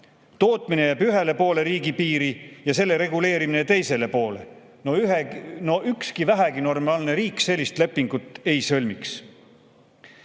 Tootmine jääb ühele poole riigipiiri ja selle reguleerimine teisele poole. No ükski vähegi normaalne riik sellist lepingut ei sõlmiks.